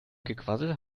gequassel